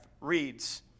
reads